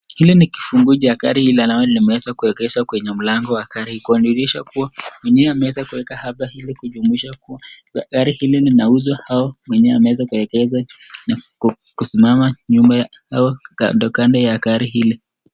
Hili ni kifunguo cha gari lililoweza kuegeshwa kwenye mlango wa gari ikidhihirisha kuwa mwenyewe ameweza kuweka hapa ili kujumuisha kuwa gari hili linauzwa au mwenyewe ameweza kuegesha na kusimama nyuma au kaneo kando ya gari hili.